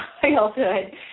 childhood